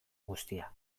guztia